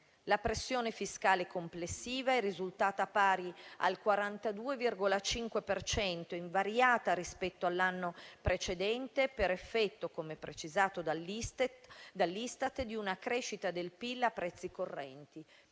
La pressione fiscale complessiva è risultata pari al 42,5 per cento, invariata rispetto all'anno precedente, per effetto, come precisato dall'Istat, di una crescita del PIL a prezzi correnti